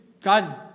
God